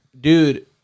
dude